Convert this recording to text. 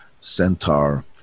centaur